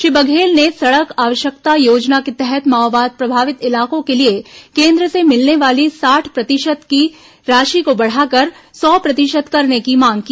श्री बघेल ने सड़क आवश्यकता योजना के तहत माओवाद प्रभावित इलाकों के लिए केन्द्र से मिलने वाली साठ प्रतिशत की राशि को बढ़ाकर सौ प्रतिशत करने की मांग की